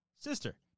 Sister